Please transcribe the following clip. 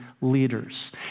leaders